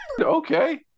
okay